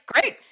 great